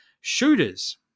shooters